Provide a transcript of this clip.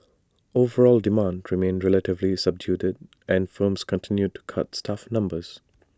overall demand remained relatively subdued and firms continued to cut staff numbers